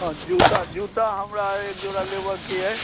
हाँ जूता जूता हमरा एक जोड़ा लेबऽके अइ